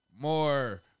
more